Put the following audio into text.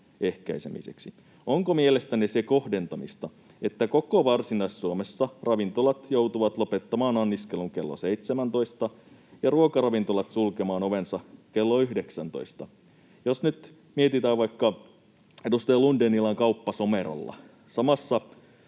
ehkäisemiseksi. Onko mielestänne se kohdentamista, että koko Varsinais-Suomessa ravintolat joutuvat lopettamaan anniskelun kello 17 ja ruokaravintolat sulkemaan ovensa kello 19? Jos nyt mietitään sitä, että vaikkapa edustaja Lundénilla on kauppa Somerolla ja samassa